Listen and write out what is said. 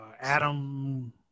Adam